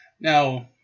Now